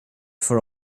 for